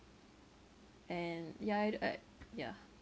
and yeah I I yeah